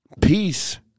peace